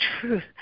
truth